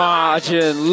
Margin